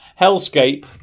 hellscape